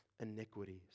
iniquities